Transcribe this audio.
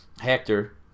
Hector